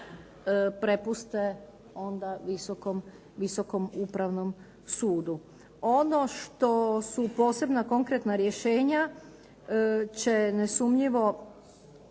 prepuste onda Visokom upravnom sudu. Ono što su posebna konkretna rješenja će nesumnjivo